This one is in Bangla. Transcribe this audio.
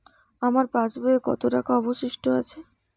আমার পাশ বইয়ে কতো টাকা অবশিষ্ট আছে?